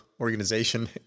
organization